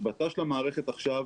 השבתה של המערכת עכשיו,